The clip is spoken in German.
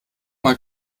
mal